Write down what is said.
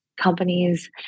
companies